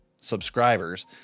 subscribers